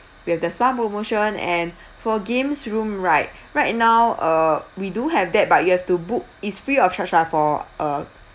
we have the spa promotion and for games room right right now uh we do have that but you have to book it's free of charge lah for uh